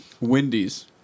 Wendy's